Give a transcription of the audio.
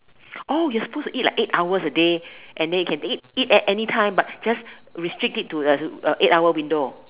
you are suppose to eat like eight hours a day and then you can eat at any time but just restrict it to the eight hour window